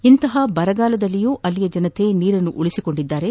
ಇಂತಹ ಬರಗಾಲದಲ್ಲಿಯೂ ಅಲ್ಲಿನ ಜನರು ನೀರನ್ನು ಉಳಿಸಿಕೊಂಡಿದ್ದು